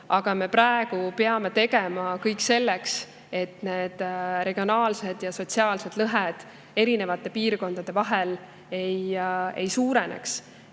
aga praegu me peame tegema kõik selleks, et need regionaalsed ja sotsiaalsed lõhed erinevate piirkondade vahel ei suureneks.